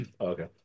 Okay